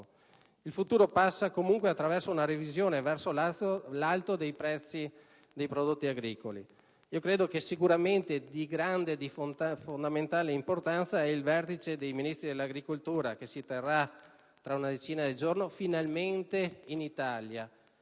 Il futuro passa comunque attraverso una revisione verso l'alto dei prezzi dei prodotti agricoli. Credo che di fondamentale importanza sia il vertice dei Ministri dell'agricoltura che si terrà tra una decina di giorni, finalmente in Italia,